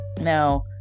Now